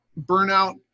burnout